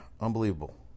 unbelievable